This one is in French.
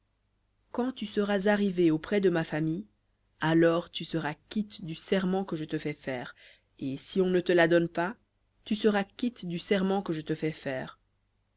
quand tu seras arrivé auprès de ma famille alors tu seras quitte du serment que je te fais faire et si on ne te la donne pas tu seras quitte du serment que je te fais faire